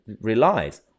relies